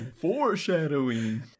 foreshadowing